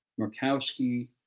Murkowski